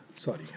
Sorry